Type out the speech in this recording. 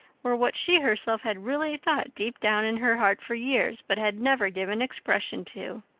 were what she herself had really thought deep down in her heart for years, but had never given expression to.